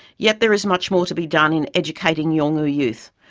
yet, there is much more to be done in educating yolngu youth.